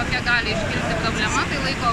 tokia gali iškilti problema tai laiko